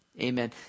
Amen